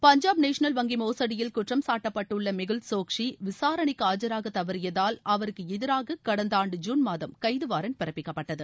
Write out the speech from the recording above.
Punjab national வங்கி மோசடியில் குற்றம் சாட்டப்பட்டுள்ள மெகுல் சோக்சி விசாரணைக்கு ஆஜராக தவறியதால் அவருக்கு எதிராக கடந்த ஆண்டு ஜூன் மாதம் கைது வாரண்ட் பிறப்பிக்கப்பட்டது